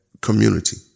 community